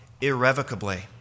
irrevocably